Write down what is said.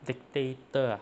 dictator ah